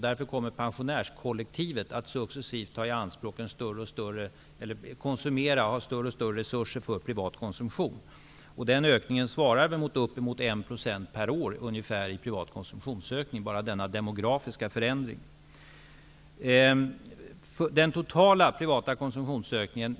Därför kommer pensionärskollektivet att successivt konsumera större resurser för privat konsumtion. Bara denna demografiska förändring svarar mot en konsumtionsökning uppemot ca 1 % per.